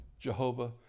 Jehovah